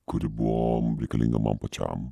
kuri buvo reikalinga man pačiam